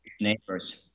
neighbors